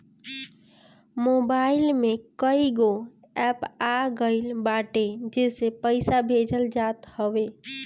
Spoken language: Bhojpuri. मोबाईल में कईगो एप्प आ गईल बाटे जेसे पईसा भेजल जात हवे